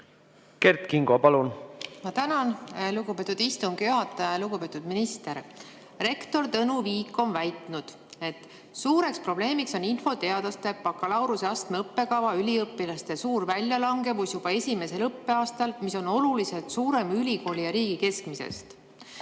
Kert Kingo, palun! Ma tänan, lugupeetud istungi juhataja! Lugupeetud minister! Rektor Tõnu Viik on väitnud, et suur probleem on infoteaduste bakalaureuseastme õppekava üliõpilaste suur väljalangemus juba esimesel õppeaastal. See on oluliselt suurem ülikooli ja riigi keskmisest.